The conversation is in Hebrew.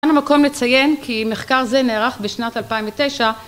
כאן המקום לציין כי מחקר זה נערך בשנת 2009